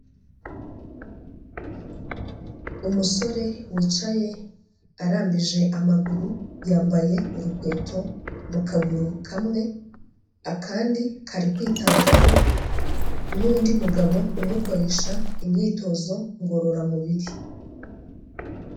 Umusore wicaye arambije amaguru yambaye urukweto mu kaguru kamwe, akandi kari kwitabwaho n'undi mugabo umukoresha imyitozo ngororamubiri.